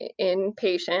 inpatient